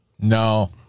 No